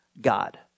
God